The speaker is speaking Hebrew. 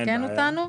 ולעדכן אותנו.